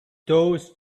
those